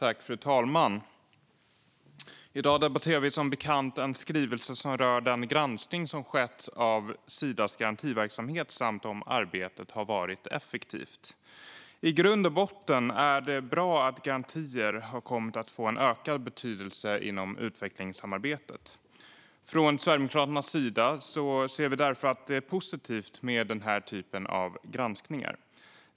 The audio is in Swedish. Fru talman! I dag debatterar vi som bekant en skrivelse som rör den granskning som skett av Sidas garantiverksamhet samt om arbetet har varit effektivt. I grund och botten är det bra att garantier har kommit att få en ökad betydelse inom utvecklingssamarbetet. Från Sverigedemokraternas sida ser vi därför att det är positivt med den här typen av granskningar.